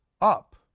up